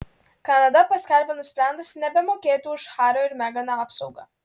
kanada paskelbė nusprendusi nebemokėti už hario ir megan apsaugą